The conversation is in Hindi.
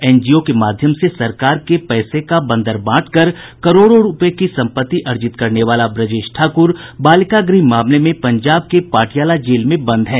एनजीओ के माध्यम से सरकार के पैसे का बंदरबांट कर करोड़ों की संपत्ति अर्जित करनेवाला ब्रजेश ठाकुर बलिकागृह मामले में पंजाब के पटियाला जेल में बन्द है